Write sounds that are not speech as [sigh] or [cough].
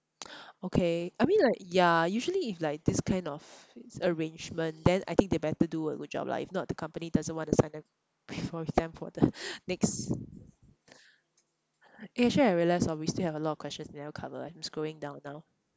okay I mean like ya usually if like this kind of arrangement then I think they better do a good job lah if not the company doesn't want to sign them [noise] sign them for the next eh actually I realised hor we still have a lot of questions never cover eh I'm scrolling down now